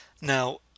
Now